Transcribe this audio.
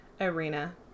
arena